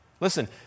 Listen